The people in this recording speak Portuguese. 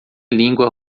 língua